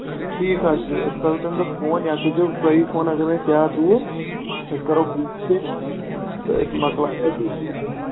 ٹھیٖک حظ چھُ أسۍ کَرو تَمہِ دۄہ فون یا کٔرۍزیٚو تُہی فون اگر نہٕ أسۍ یاد روٗد أسۍ کَرو کوٗشِش تہٕ أسۍ مَکلاو